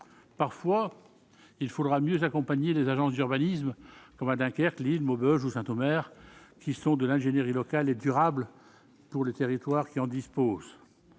parfois il faudra mieux accompagner les agences d'urbanisme comme à Dunkerque, Lille, Maubeuge, Saint-Omer, qui sont de l'ingénierie locale et durable pour les territoires qui en disposent,